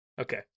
Okay